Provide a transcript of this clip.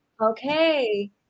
Okay